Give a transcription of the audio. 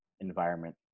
environment